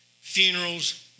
Funerals